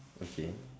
okay